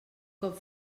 cop